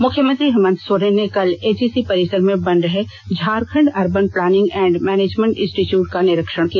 मुख्यमंत्री हेमंत सोरेन ने कल एचईसी परिसर में बन रहे Jharkhand urban planning and management institute का निरीक्षण किया